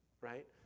right